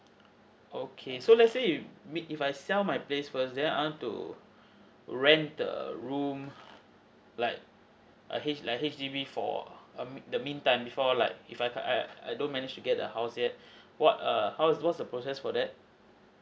okay so let's say if we if I sell my place first then I want to rent the room like a H like H_D_B for a mean~ the meantime before like if I I I don't manage to get a house yet what are how's what's the process for that